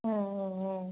ம் ம் ம்